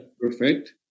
perfect